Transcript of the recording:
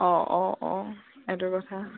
অঁ অঁ অঁ সেইটো কথা